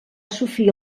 sofrir